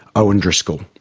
owen driscoll.